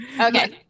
Okay